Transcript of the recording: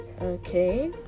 okay